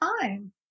time